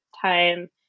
time